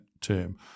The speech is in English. term